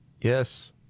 Yes